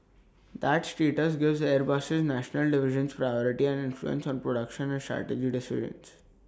that status gives Airbus's national divisions priority and influence on production and strategy decisions